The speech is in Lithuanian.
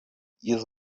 jis